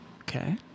Okay